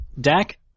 Dak